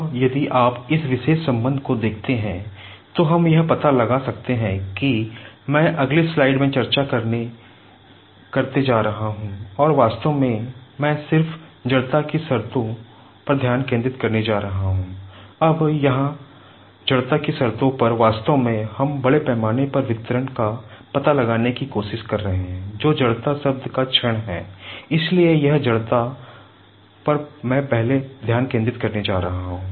अब यदि आप इस विशेष संबंध को देखते हैं तो हम यह पता लगा सकते हैं कि मैं अगली स्लाइड में चर्चा करने जा रहा हूं और वास्तव में मैं सिर्फ जड़ता की शर्तोंपर मैं पहले ध्यान केंद्रित करने जा रहा हूं